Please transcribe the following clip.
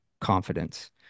confidence